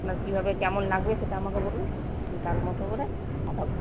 আপনার কীভাবে কেমন লাগবে সেটা আমাকে বলুন আমি তার মতো করে পাঠাব